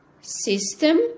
system